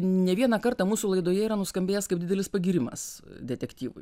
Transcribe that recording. ne vieną kartą mūsų laidoje yra nuskambėjęs kaip didelis pagyrimas detektyvui